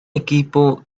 equipo